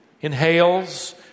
inhales